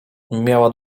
miała